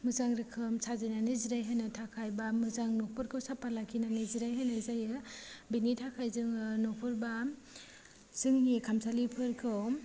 मोजां रोखोम साजिनानै जिरायहोनो थाखाय बा मोजां न'फोरखौ साफा लाखिनानै जिराय होनाय जायो बेनि थाखाय जोङो न'फोर बा जोंनि खामसालिफोरखौ